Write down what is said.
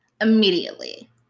immediately